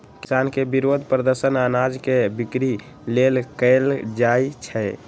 किसान के विरोध प्रदर्शन अनाज के बिक्री लेल कएल जाइ छै